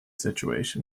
situation